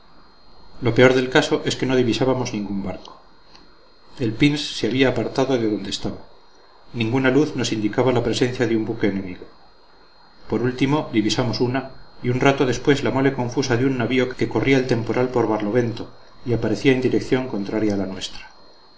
lo peor del caso es que no divisábamos ningún barco el pince se había apartado de donde estaba ninguna luz nos indicaba la presencia de un buque enemigo por último divisamos una y un rato después la mole confusa de un navío que corría el temporal por barlovento y aparecía en dirección contraria a la nuestra